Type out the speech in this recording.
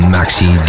Maxi